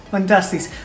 Fantastic